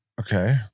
Okay